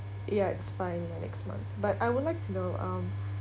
ya it's fine like next month but I would like to know um